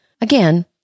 again